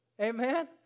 Amen